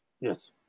yes